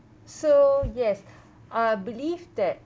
so yes I believe that